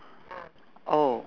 oh